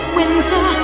winter